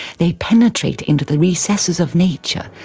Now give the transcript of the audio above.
they penetrate into the recesses of nature,